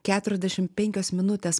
keturiasdešimt penkios minutės